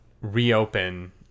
reopen